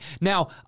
now